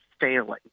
failing